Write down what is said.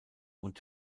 und